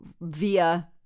via